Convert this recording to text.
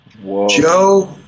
Joe